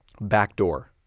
backdoor